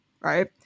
right